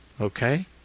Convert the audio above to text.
Okay